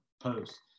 post